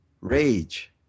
rage